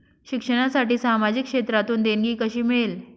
शिक्षणासाठी सामाजिक क्षेत्रातून देणगी कशी मिळेल?